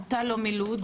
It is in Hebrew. אתה לא מלוד,